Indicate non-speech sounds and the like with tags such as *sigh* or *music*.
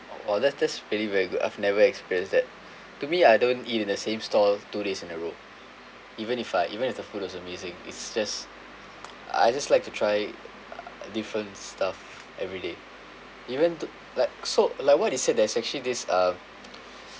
oh that's that's really very good I've never experienced that to me I don't eat in the same stall two days in a row even if I even if the food is amazing it's just I just like to try different stuff every day even th~ like so like what you said there's actually this um *noise*